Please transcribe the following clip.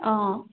অঁ